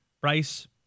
Bryce